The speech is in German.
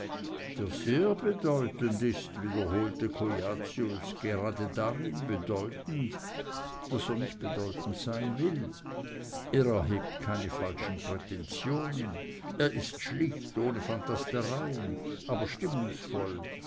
der sehr bedeutend ist wiederholte cujacius grade darin bedeutend daß er nicht bedeutend sein will er erhebt keine falschen prätensionen er ist schlicht ohne phantastereien aber stimmungsvoll